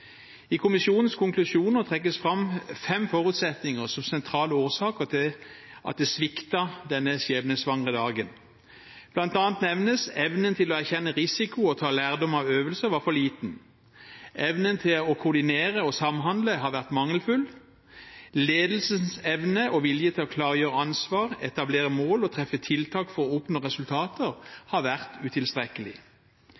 I kommisjonens konklusjoner trekkes det fram fem forutsetninger som sentrale årsaker til at det sviktet denne skjebnesvangre dagen. Blant annet nevnes at evnen til å erkjenne risiko og ta lærdom av øvelse var for liten, evnen til å koordinere og samhandle har vært mangelfull, ledelsens evne og vilje til å klargjøre ansvar, etablere mål og treffe tiltak for å oppnå resultater har vært utilstrekkelig.